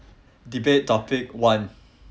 debate topic one